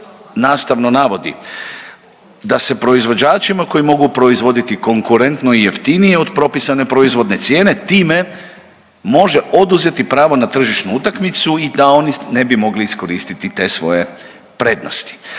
nastavno navodi da se proizvođačima koji mogu proizvoditi konkurentno i jeftinije od propisane proizvodne cijene time može oduzeti pravo na tržišnu utakmicu i da oni ne bi mogli iskoristiti te svoje prednosti.